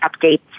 updates